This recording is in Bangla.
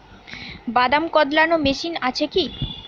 বাদাম কদলানো মেশিন আছেকি?